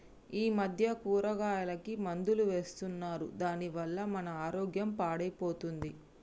ఈ మధ్య కూరగాయలకి మందులు వేస్తున్నారు దాని వల్ల మన ఆరోగ్యం పాడైపోతుంది